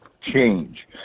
Change